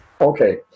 Okay